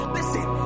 Listen